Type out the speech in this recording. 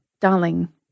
darling